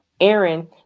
Aaron